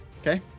Okay